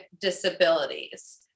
disabilities